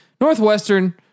Northwestern